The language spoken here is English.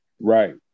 Right